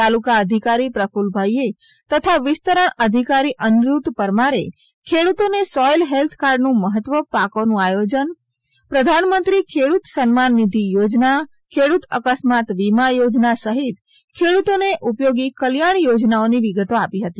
તાલુકા અઘિકારી પ્રક્લલભાઈએ તથા વિસ્તરણ અઘિકારી અનિરૂધ્ધ પરમારે ખેડૂતોને સોઈલ હેલ્થકાર્ડનું મહત્વ પાકોનું આયોજન પ્રધાનમંત્રી ખેડૂત સન્માન નિધી યોજના ખેડૂત અક્સ્માત વીમા યોજના સહિત ખેડૂતોને ઉપયોગી કલ્યાણ થોજનાઓની વિગતો આપી હતી